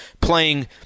playing